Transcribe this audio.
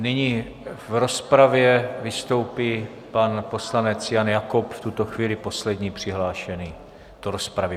Nyní v rozpravě vystoupí pan poslanec Jan Jakob, v tuto chvíli poslední přihlášený do rozpravy.